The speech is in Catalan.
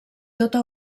tota